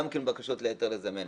גם כן בקשות להיתר לזמן.